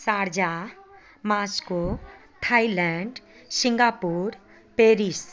Sharjah Moscow Thailand Singapore Paris